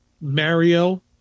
Mario